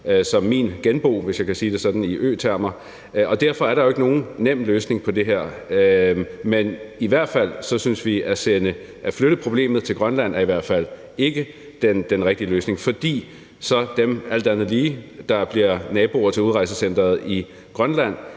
som min genbo, hvis jeg kan sige det sådan – i øtermer. Og derfor er der jo ikke nogen nem løsning på det her. Men at flytte problemet til Grønland er i hvert fald ikke den rigtige løsning, fordi dem, der så bliver naboer til udrejsecenteret i Grønland,